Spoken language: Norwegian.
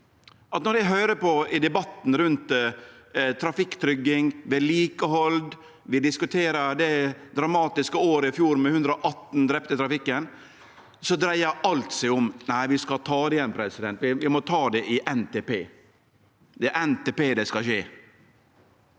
Når eg høyrer på debatten rundt trafikktrygging og vedlikehald og vi diskuterer det dramatiske fjoråret med 118 drepne i trafikken, dreier alt seg om at ein skal ta det igjen, og ein må ta det i NTP. Det er i NTP det skal skje.